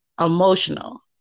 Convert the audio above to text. emotional